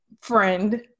friend